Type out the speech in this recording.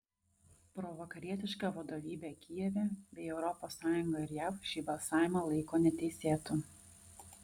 provakarietiška vadovybė kijeve bei europos sąjunga ir jav šį balsavimą laiko neteisėtu